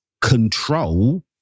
control